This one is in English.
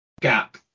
gap